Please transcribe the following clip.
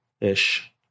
ish